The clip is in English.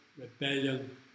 rebellion